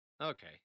Okay